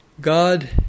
God